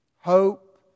hope